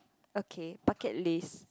okay bucket list